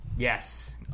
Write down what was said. Yes